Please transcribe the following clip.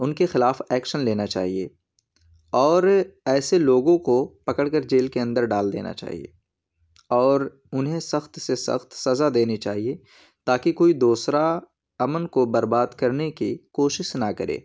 ان کے خلاف ایکشن لینا چاہیے اور ایسے لوگوں کو پکڑ کر جیل کے اندر ڈال دینا چاہیے اور انہیں سخت سے سخت سزا دینی چاہیے تاکہ کوئی دوسرا امن کو برباد کرنے کی کوشش نہ کرے